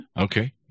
Okay